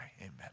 amen